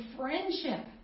friendship